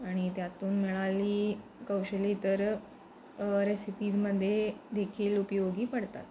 आणि त्यातून मिळाली कौशल्ये तर रेसिपीजमध्ये देखील उपयोगी पडतात